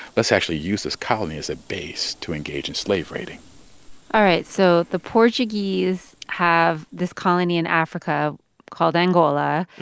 let's actually use this colony as a base to engage in slave raiding all right, so the portuguese have this colony in africa called angola,